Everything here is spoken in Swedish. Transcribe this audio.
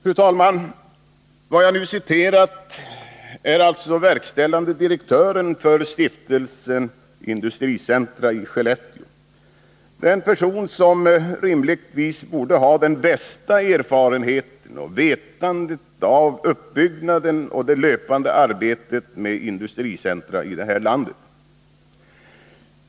Den person jag nu citerat är alltså verkställande direktören för Stiftelsen Industricentra i Skellefteå, den person som rimligtvis borde ha den bästa erfarenheten av och kunskapen om uppbyggnaden och det löpande arbetet med industricentra i det här landet.